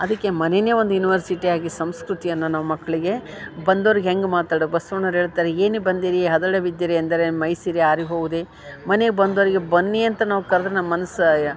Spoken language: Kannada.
ಅದಕ್ಕೆ ಮನೇನೆ ಒಂದು ಯುನಿವರ್ಸಿಟಿಯಾಗಿ ಸಂಸ್ಕೃತಿಯನ್ನ ನಾವು ಮಕ್ಕಳಿಗೆ ಬಂದೋರ್ಗೆ ಹೆಂಗೆ ಮಾತಾಡಿ ಬಸ್ವಣ್ಣರು ಹೇಳ್ತರೆ ಏನು ಬಂದೀರಿ ಎಂದರೆ ಮೈಸಿರಿ ಆರಿ ಹೋವುದೇ ಮನೆಗೆ ಬಂದೋರಿಗೆ ಬನ್ನಿ ಅಂತ ನಾವು ಕರ್ದ್ರ ನಮ್ಮನ್ಸ ಯಾ